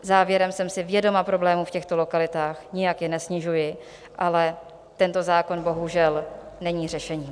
Závěrem: jsem si vědoma problémů v těchto lokalitách, nijak je nesnižuji, ale tento zákon bohužel není řešení.